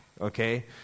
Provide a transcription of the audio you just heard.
okay